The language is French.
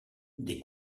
des